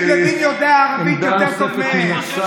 תאמיני לי, יריב לוין יודע ערבית יותר טוב מהם.